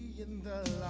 yeah in the